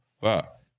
fuck